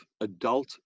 adult